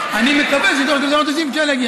אני מקווה שתוך שלושה חודשים כן נגיע,